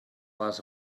les